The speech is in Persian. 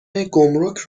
گمرک